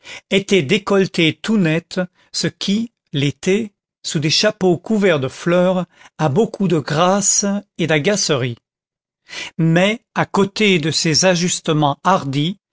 étaient décolletées tout net ce qui l'été sous des chapeaux couverts de fleurs a beaucoup de grâce et d'agacerie mais à côté de ces ajustements hardis